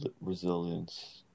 resilience